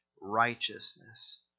righteousness